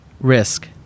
Risk